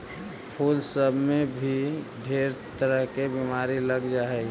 फूल सब में भी ढेर तरह के बीमारी लग जा हई